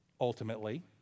ultimately